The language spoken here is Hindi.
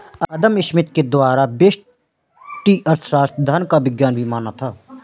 अदम स्मिथ के द्वारा व्यष्टि अर्थशास्त्र धन का विज्ञान भी माना था